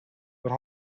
what